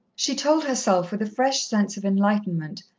she told herself, with a fresh sense of enlightenment,